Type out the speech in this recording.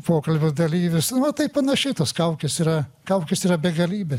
pokalbio dalyvis nu va taip panašiai tos kaukės yra kaukes yra begalybė